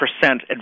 percent